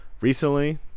recently